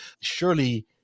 surely